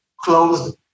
closed